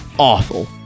Awful